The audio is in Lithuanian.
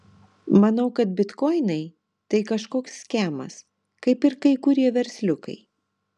manau kad bitkoinai tai kažkoks skemas kaip ir kai kurie versliukai